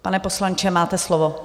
Pane poslanče, máte slovo.